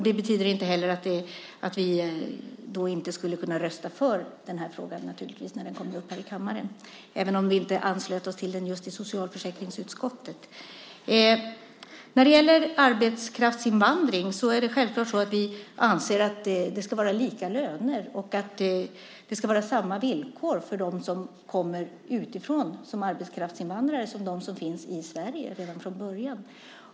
Det betyder inte heller att vi inte skulle kunna rösta för den här frågan när den kommer upp i kammaren även om vi inte anslöt oss till den just i socialförsäkringsutskottet. När det gäller arbetskraftsinvandring anser vi självfallet att det ska vara lika löner och samma villkor för dem som kommer utifrån som arbetskraftsinvandrare som för dem som finns i Sverige redan från början.